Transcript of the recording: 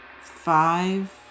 five